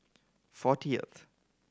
fortieth